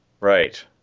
Right